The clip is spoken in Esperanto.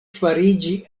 fariĝi